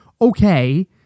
okay